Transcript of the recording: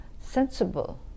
sensible